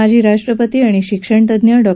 माजी राष्ट्रपती आणि शिक्षणतज्ञ डॉ